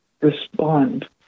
respond